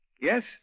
Yes